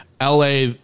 LA